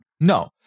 No